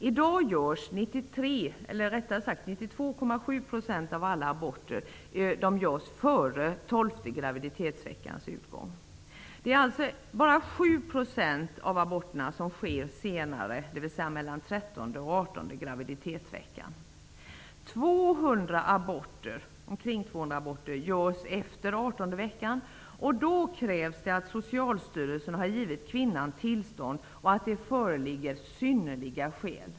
I dag görs 92,7 % av alla aborter före tolfte graviditetsveckans utgång. Bara 7 % av aborterna sker senare, dvs. mellan trettonde och artonde graviditetsveckan. Omkring 200 aborter per år görs efter artonde graviditetsveckan, och då krävs det att Socialstyrelsen har givit kvinnan tillstånd och att det föreligger synnerliga skäl.